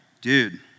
dude